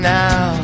now